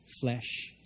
flesh